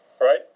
right